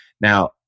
Now